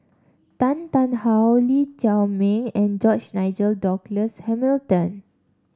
Tan Tarn How Lee Chiaw Meng and George Nigel Douglas Hamilton